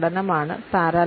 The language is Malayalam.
പാരാ